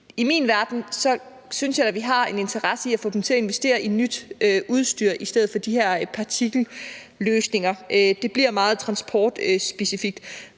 i min verden har vi da en interesse i at få dem til at investere i nyt udstyr i stedet for de her partikelløsninger. Men det bliver som sagt meget transportspecifikt.